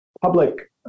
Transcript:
public